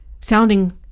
Sounding